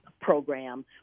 program